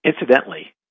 Incidentally